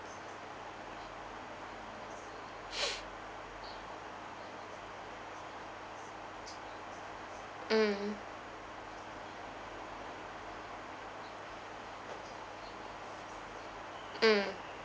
mm mm